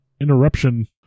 interruption